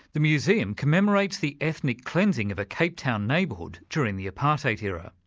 the museum commemorates the ethnic cleansing of a capetown neighbourhood during the apartheid era.